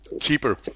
cheaper